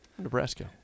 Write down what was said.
Nebraska